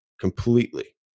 completely